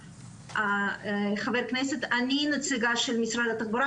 אני נציגת משרד התחבורה,